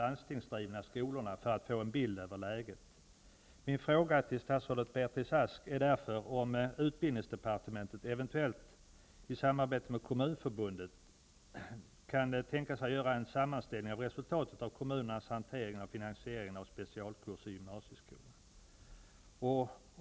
Ask är därför om utbildningsdepartementet, eventuellt i samarbete med Kommunförbundet, kan tänka sig att göra en sammanställning av resultatet av kommunernas hantering och finansiering av specialkurserna i gymnasieskolan.